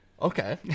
Okay